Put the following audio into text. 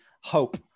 hope